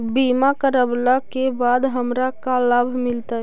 बीमा करवला के बाद हमरा का लाभ मिलतै?